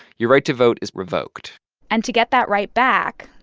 you're right to vote is revoked and to get that right back,